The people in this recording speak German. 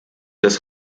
des